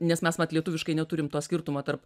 nes mes vat lietuviškai neturim to skirtumo tarp